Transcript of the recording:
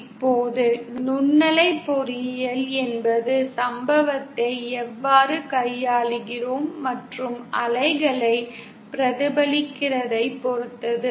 இப்போது நுண்ணலை பொறியியல் என்பது சம்பவத்தை எவ்வாறு கையாளுகிறோம் மற்றும் அலைகளை பிரதிபலிக்கிறதை பொருத்தது